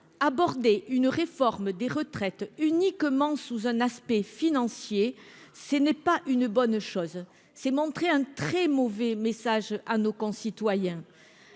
aborder une réforme des retraites. Uniquement sous un aspect financier. Ce n'est pas une bonne chose, s'est montré un très mauvais message à nos concitoyens.